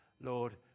Lord